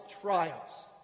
trials